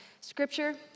scripture